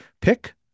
pick